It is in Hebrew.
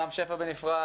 רם שפע בנפרד,